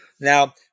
Now